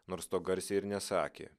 nors to garsiai ir nesakė